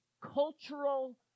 cultural